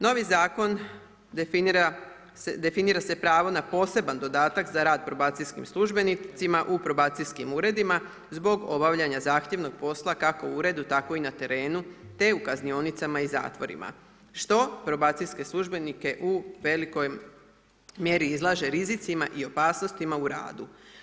Novi Zakon definira se pravo na poseban dodatak za rad probacijskim službenicima u probacijskim uredima zbog obavljanja zahtjevnog posla, kako u uredu, tako i na terenu, te u kaznionicama i zatvorima što probacijske službenike u velikoj mjeri izlaže rizicima i opasnostima u radu.